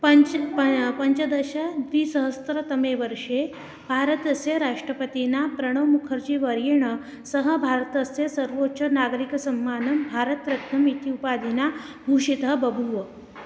पञ्च पा पञ्चदश द्विसहस्रतमे वर्षे भारतस्य राष्ट्रपतिना प्रणवमुखर्जिवर्येण सह भारतस्य सर्वोच्च नागरिकसम्मानं भारतरत्नम् इति उपाधिना भूषितः बभूव